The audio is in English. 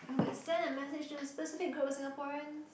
if you could send a message to a specific group of Singaporeans